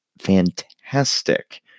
fantastic